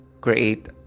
create